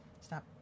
Stop